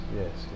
yes